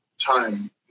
time